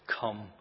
come